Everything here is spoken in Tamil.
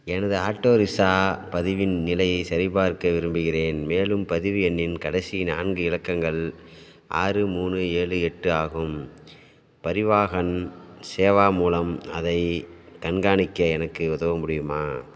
எனது ஆட்டோ ரிக்ஷா பதிவின் நிலையை சரிபார்க்க விரும்புகிறேன் மேலும் பதிவு எண்ணின் கடைசி நான்கு இலக்கங்கள் ஆறு மூணு ஏழு எட்டு ஆகும் பரிவாஹன் சேவா மூலம் அதை கண்காணிக்க எனக்கு உதவ முடியுமா